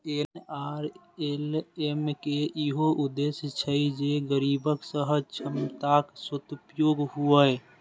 NRLM के इहो उद्देश्य छै जे गरीबक सहज क्षमताक सदुपयोग हुअय